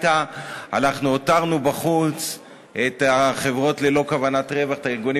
לאחר מכן, הצעה מוצמדת של חברת הכנסת עדי קול.